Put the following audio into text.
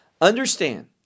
understand